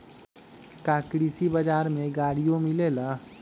का कृषि बजार में गड़ियो मिलेला?